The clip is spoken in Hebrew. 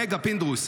רגע, פינדרוס.